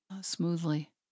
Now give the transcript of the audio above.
smoothly